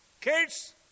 kids